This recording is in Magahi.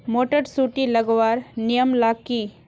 मोटर सुटी लगवार नियम ला की?